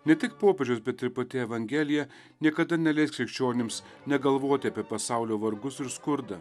ne tik popiežius bet ir pati evangelija niekada neleisk krikščionims negalvoti apie pasaulio vargus ir skurdą